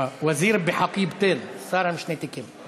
אה, וזיר (אומר בערבית ומתרגם:) שר עם שני תיקים.